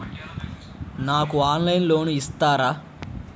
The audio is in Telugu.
నాకు ఆన్లైన్లో లోన్ ఇస్తారా?